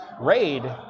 RAID